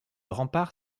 rempart